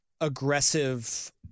aggressive